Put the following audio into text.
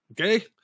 Okay